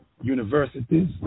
universities